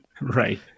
Right